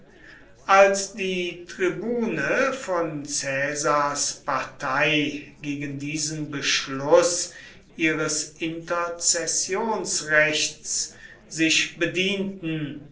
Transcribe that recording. als die tribune von caesars partei gegen diesen beschluß ihres interzessionsrechts sich bedienten